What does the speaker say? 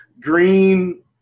Green